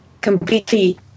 completely